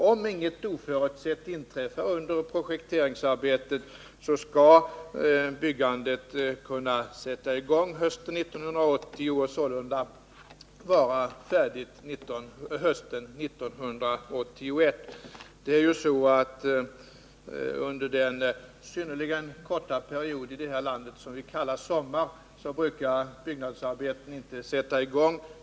Om inget oförutsett inträffar under projekteringsarbetet räknar jag med att byggandet skall kunna sättas i gång hösten 1980 och sålunda vara färdigt hösten 1981. Under den synnerligen korta period i det här landet som vi kallar sommar brukar byggnadsarbeten inte sättas i gång.